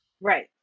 Right